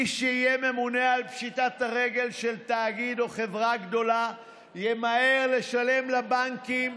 מי שיהיה ממונה על פשיטת הרגל של תאגיד או חברה גדולה ימהר לשלם לבנקים,